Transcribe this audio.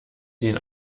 den